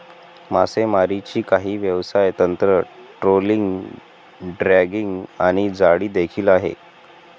मासेमारीची काही व्यवसाय तंत्र, ट्रोलिंग, ड्रॅगिंग आणि जाळी देखील आहे